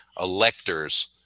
electors